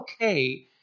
okay